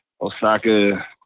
Osaka